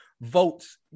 votes